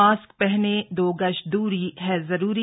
mask पहनें दो गज दूरी है जरूरी